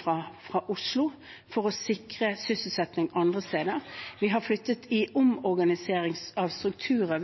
fra Oslo for å sikre sysselsetting andre steder. I forbindelse med omorganisering av strukturer